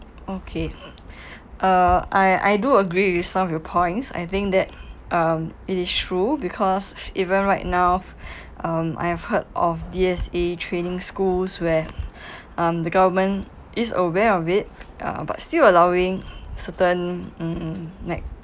okay uh I I do agree with some of your points I think that um it is true because even right now um I have heard of D_S_A training schools where um the government is aware of it uh but still allowing certain mm